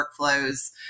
workflows